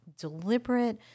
deliberate